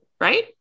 right